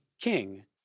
king